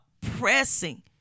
pressing